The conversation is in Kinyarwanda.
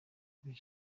ndoli